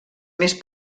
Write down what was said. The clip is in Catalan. més